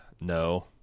no